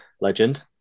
Legend